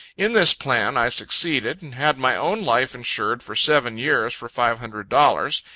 in this plan i succeeded and had my own life insured for seven years for five hundred dollars,